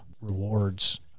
rewards